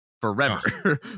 forever